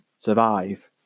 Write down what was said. survive